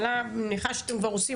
ואני מניחה שאתם כבר עושים,